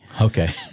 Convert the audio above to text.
Okay